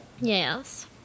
Yes